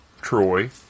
troy